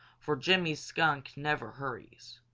for jimmy skunk never hurries.